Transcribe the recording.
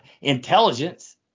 intelligence